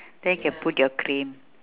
then can put your cream